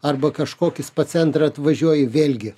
arba kažkokį spa centrą atvažiuoji vėlgi